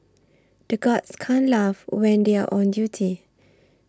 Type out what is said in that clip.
the guards can't laugh when they are on duty